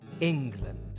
England